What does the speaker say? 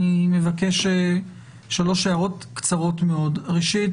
אני מבקש שלוש הערות קצרות מאוד: ראשית,